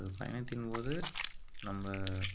ஒரு பயணத்தின் போது நம்ம